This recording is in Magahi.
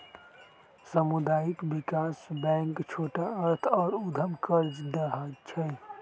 सामुदायिक विकास बैंक छोट अर्थ आऽ उद्यम कर्जा दइ छइ